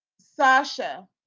Sasha